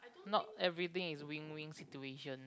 not everything is win win situation